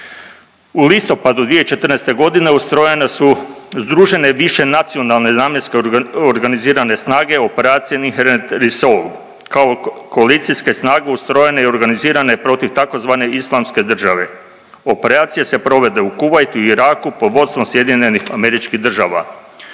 U listopadu 2014.g. ustrojene su združene višenacionalne … organizirane snage u operaciji INHERENT RESOLVE kao koalicijske snage ustrojene i organizirane protiv tzv. Islamske države. Operacije se provode u Kuvajtu i Iraku pod vodstvom SAD. oružane